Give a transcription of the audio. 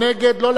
לא להפריע.